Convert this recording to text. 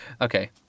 Okay